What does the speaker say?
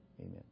amen